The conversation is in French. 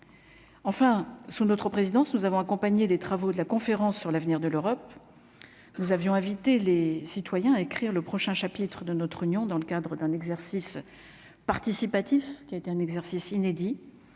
Enfin, sous notre présidence, nous avons accompagné des travaux de la conférence sur l'avenir de l'Europe, nous avions invité les citoyens à écrire le prochain chapitre de notre union, dans le cadre d'un exercice participatif qui a été un exercice inédit,